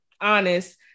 honest